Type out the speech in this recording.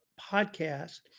podcast